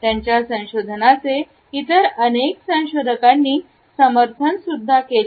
त्यांच्या संशोधनाचे इतर अनेक संशोधकांनी समर्थन केले